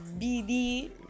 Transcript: BD